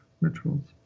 rituals